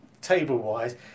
table-wise